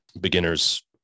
beginners